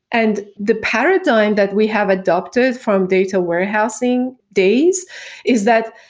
and the paradigm that we have adapted from data warehousing days is that,